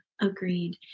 agreed